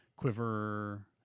Quiver